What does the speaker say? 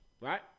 Right